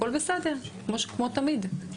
הכל בסדר כמו תמיד.